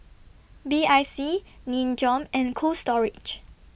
B I C Nin Jiom and Cold Storage